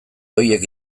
horiek